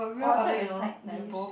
oh I thought it was side dish